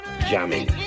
Jamming